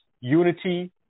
unity